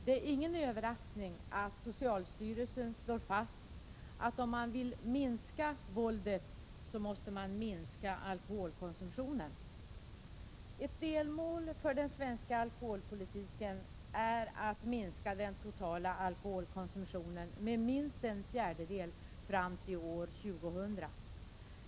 Det är ingen överraskning att socialstyrelsen slår fast att man måste minska alkoholkonsumtionen, om man vill minska våldet. Ett delmål för den svenska alkoholpolitiken är att minska den totala alkoholkonsumtionen med minst en fjärdedel fram till år 2000.